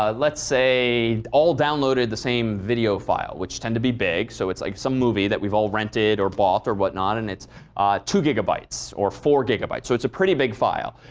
ah let's say, all downloaded the same video file, which tend to be big. so it's like some movie that we've all rented or bought or whatnot and it's two gigabytes or four gigabytes. so it's a pretty big file.